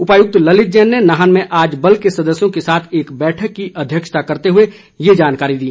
उपायुक्त ललित जैन ने नाहन में आज बल के सदस्यों के साथ एक बैठक की अध्यक्षता करते हुए ये जानकारी दी